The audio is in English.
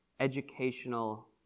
Educational